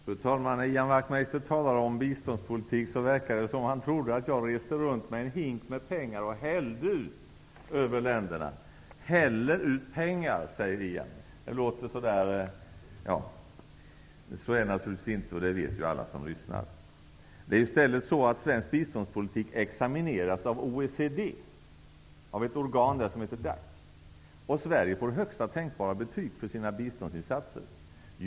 Fru talman! När Ian Wachtmeister talar om biståndspolitik verkar det som om han tror att jag reser runt med en hink med pengar och häller ut dem över länderna. Ni häller ur pengar, säger Ian Wachtmeister. Så är det naturligtvis inte. Det vet alla som lyssnar. Det är i stället så att svensk biståndspolitik examineras av ett organ hos OECD som heter DAC. Sverige får högsta tänkbara betyg för sina biståndsinsatser.